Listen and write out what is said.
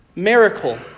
Miracle